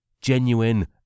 genuine